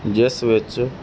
ਜਿਸ ਵਿੱਚ